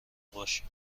باشی